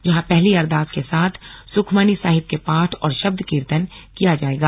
जहां पहली अरदास के साथ सुखमनी साहिब के पाठ और शब्द कीर्तन किया जायेगा